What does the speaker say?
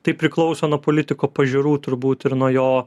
tai priklauso nuo politiko pažiūrų turbūt ir nuo jo